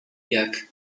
jak